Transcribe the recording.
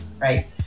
right